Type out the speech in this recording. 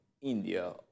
India